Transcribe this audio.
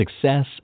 success